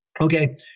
Okay